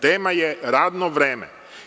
Tema je radno vreme.